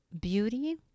beauty